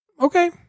okay